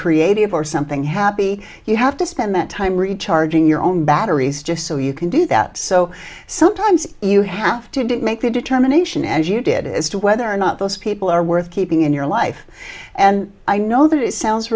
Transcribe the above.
creative or something happy you have to spend that time recharging your own batteries just so you can do that so sometimes you have to make the determination as you did as to whether or not those people are worth keeping in your life and i know that sounds